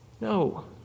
No